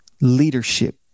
Leadership